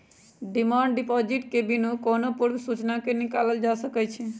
demand deposit के बिनु कोनो पूर्व सूचना के निकालल जा सकइ छै